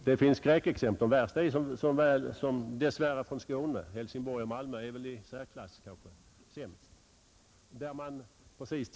Det finns skräckexempel; de värsta fallen är dess värre från Skåne — Helsingborg och Malmö är väl i särklass sämst.